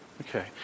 okay